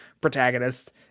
protagonist